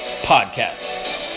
podcast